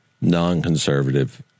non-conservative